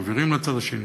מעבירים לצד השני,